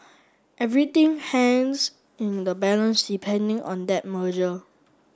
everything hangs in the balance depending on that merger